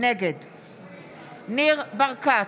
נגד ניר ברקת,